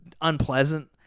unpleasant